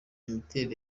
imiterere